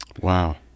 Wow